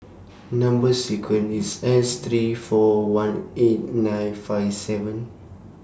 Number sequence IS S three four one eight nine five seven